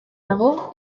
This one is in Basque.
dago